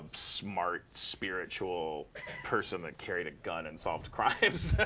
smart, spiritual person that carried a gun and solved crimes.